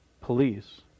police